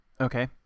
Okay